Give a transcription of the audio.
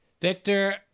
Victor